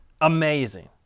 amazing